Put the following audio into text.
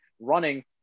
running